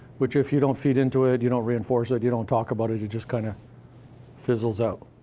which, if you don't feed into it, you don't reinforce it, you don't talk about it, it just kind of fizzles out.